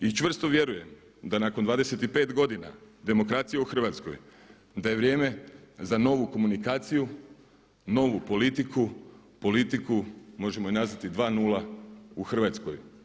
I čvrsto vjerujem da nakon 25 godina demokracije u Hrvatskoj da je vrijeme za novu komunikaciju, novu politiku, politiku možemo je nazvati 2:0 u Hrvatskoj.